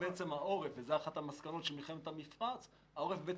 אחת המסקנות של מלחמת המפרץ הייתה,